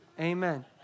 Amen